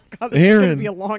Aaron